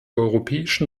europäischen